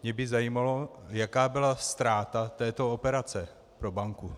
Mě by zajímalo, jaká byla ztráta této operace pro banku.